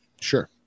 sure